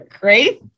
Great